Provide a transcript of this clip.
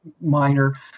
minor